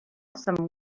some